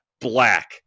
Black